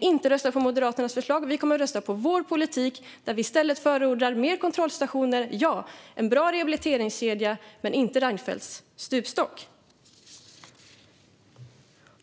inte att rösta på Moderaternas förslag. Vi kommer att rösta på vår politik där vi i stället förordar fler kontrollstationer, en bra rehabiliteringskedja men inte Reinfeldts stupstock.